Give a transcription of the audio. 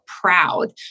proud